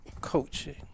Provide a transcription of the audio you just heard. coaching